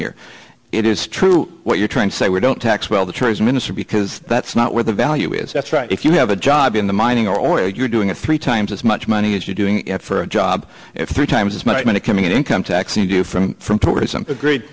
here it is true what you're trying to say we don't tax well the trade minister because that's not where the value is that's right if you have a job in the mining or you're doing it three times as much money as you're doing it for a job it's three times as much money coming in income tax you do from from tourism